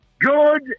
Good